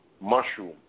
mushroom